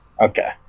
Okay